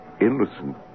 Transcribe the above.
innocent